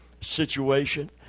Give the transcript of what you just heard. situation